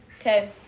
Okay